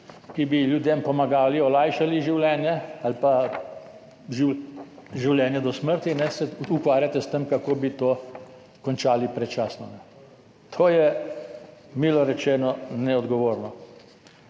da bi ljudem pomagali, jim olajšali življenje ali pa življenje do smrti, se ukvarjate s tem, kako bi to predčasno končali. To je milo rečeno neodgovorno.